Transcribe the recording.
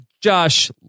Josh